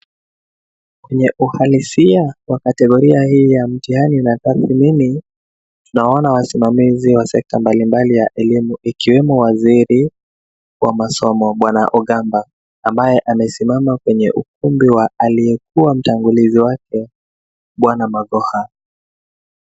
Kwenye uhalisia wa kategoria hii ya mtihani natathmini naona wasimamizi wa sekta mbalimbali ya elimu ikiwemo waziri wa masomo, bwana Ogamba, ambaye amesimama kwenye ukumbi wa aliyekuwa mtangulizi wake, bwana Magoha.